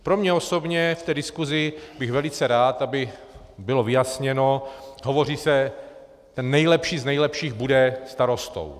Pro mě osobně v té diskusi bych byl velice rád, aby bylo vyjasněno hovoří se, že ten nejlepší z nejlepších bude starostou.